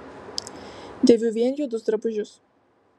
dėviu vien juodus drabužius